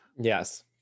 Yes